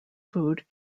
food